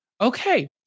okay